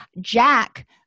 Jack